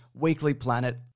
weeklyplanet